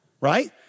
right